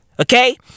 Okay